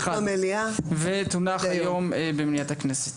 ותונח היום במליאת הכנסת.